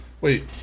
Wait